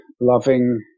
loving